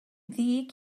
ddig